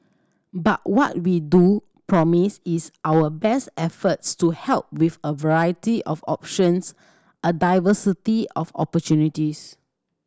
but what we do promise is our best efforts to help with a variety of options a diversity of opportunities